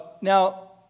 Now